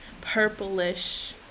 purplish